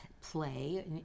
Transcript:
play